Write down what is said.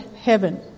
heaven